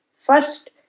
First